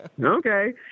okay